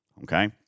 Okay